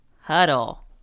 huddle